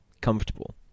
comfortable